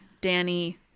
Danny